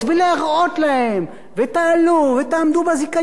ותעלו, ותעמדו בזיכיון, וברשיון.